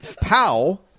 pow